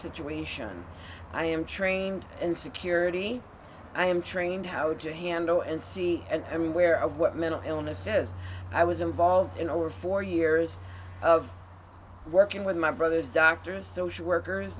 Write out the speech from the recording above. situation and i am trained in security i am trained how to handle and see and everywhere of what mental illness says i was involved in over four years of working with my brothers doctors social workers